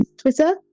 Twitter